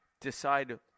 decide